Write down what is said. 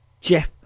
Jeff